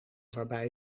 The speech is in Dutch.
waarbij